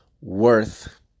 worth